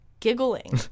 giggling